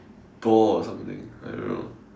ball or something I don't know